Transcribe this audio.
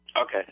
Okay